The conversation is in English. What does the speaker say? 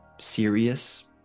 serious